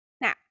now